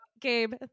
Gabe